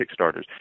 Kickstarters